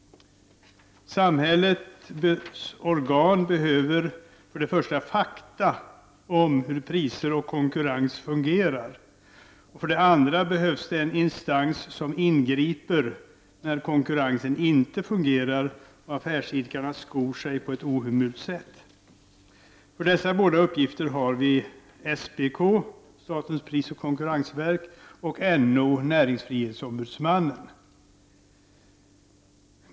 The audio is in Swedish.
Samhällets organ behöver för det första fakta om hur priser och konkurrens fungerar. För det andra behövs det en instans som ingriper när konkurrensen inte fungerar och affärsidkarna skor sig på ett ohemult sätt. För dessa båda uppgifter har vi SPK och NO .